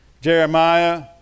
Jeremiah